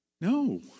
No